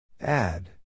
Add